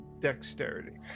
dexterity